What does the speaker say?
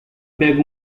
pega